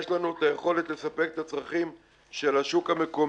יש לנו את היכולת לספק את הצרכים של השוק המקומי.